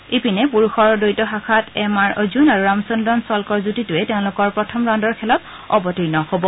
ইপিনে পূৰুষৰ দ্বৈত শাখাত এম আৰ অৰ্জূন আৰু ৰামচন্দ্ৰন ছল্কৰ যুটীটোৱে তেওঁলোকৰ প্ৰথম ৰাউণ্ডৰ খেলত অৱতীৰ্ণ হব